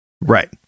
right